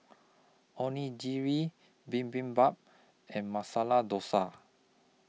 Onigiri Bibimbap and Masala Dosa